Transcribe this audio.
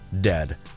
dead